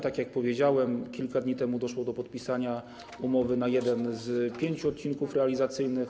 Tak jak powiedziałem, kilka dni temu doszło do podpisania umowy na jeden z pięciu odcinków realizacyjnych.